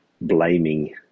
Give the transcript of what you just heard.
blaming